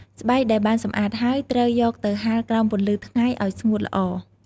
ស្បែកដែលបានសម្អាតហើយ ត្រូវយកទៅហាលក្រោមពន្លឺថ្ងៃឱ្យស្ងួតល្អ។